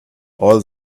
all